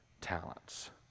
talents